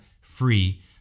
free